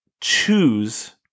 choose